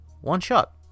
One-shot